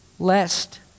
Lest